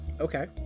okay